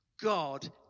God